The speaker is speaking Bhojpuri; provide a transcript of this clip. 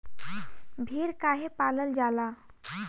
भेड़ काहे पालल जाला?